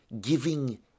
giving